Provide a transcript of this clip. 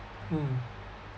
mm